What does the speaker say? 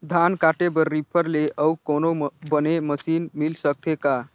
धान काटे बर रीपर ले अउ कोनो बने मशीन मिल सकथे का?